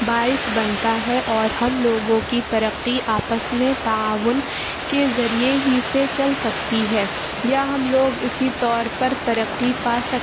باعث بنتا ہے اور ہم لوگوں کی ترقی آپس میں تعاون کے ذریعے ہی سے چل سکتی ہے یا ہم لوگ اسی طور پر ترقی پا سکتے